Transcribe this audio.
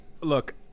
look